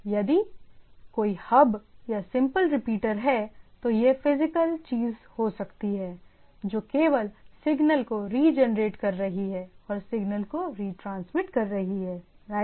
यदि कोई हब या सिंपल रिपीटर है तो यह फिजिकल चीज हो सकती है जो केवल सिग्नल को रीजेनरेट कर रही है और सिग्नल को ट्रांसमिट कर रही है राइट